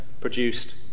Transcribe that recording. produced